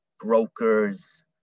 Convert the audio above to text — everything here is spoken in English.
brokers